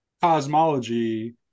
cosmology